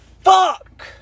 Fuck